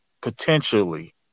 potentially